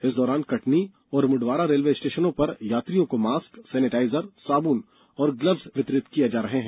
इस दौरान कटनी और मुडवारा रेलवे स्टेशनों पर यात्रियों को मॉस्क सेनेटाइजर साबुन और ग्लब्स वितरित किये जा रहे हैं